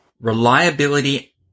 reliability